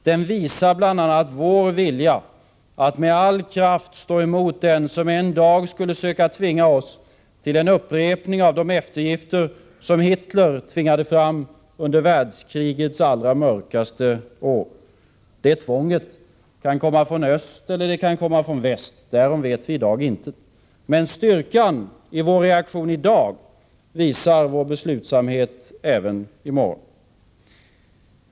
Den visar bl.a. vår vilja att med all kraft stå emot den som en dag skulle söka tvinga oss till en upprepning av de eftergifter som Hitler tvingade fram under världskrigets allra mörkaste år. Det tvånget kan komma från öst eller väst — därom vet vi i dag intet. Men styrkan i vår reaktion i dag visar vår beslutsamhet även i morgon.